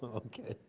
ok.